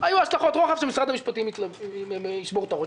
היו השלכות רוחב שמשרד המשפטים ישבור אתן את הראש,